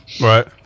Right